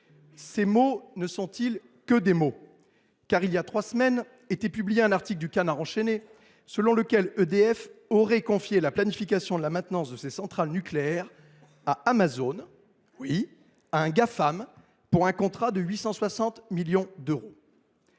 ces mots ne sont ils que des mots ? Il y a trois semaines était publié un article du selon lequel EDF aurait confié la planification de la maintenance de ses centrales nucléaires à Amazon, un Gafam, dans le cadre d’un contrat de 860 millions d’euros.